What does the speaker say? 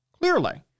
Clearly